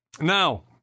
Now